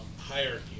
hierarchy